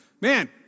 Man